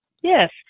Yes